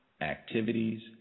activities